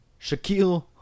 Shaquille